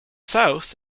south